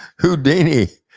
houdini